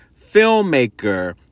filmmaker